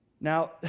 Now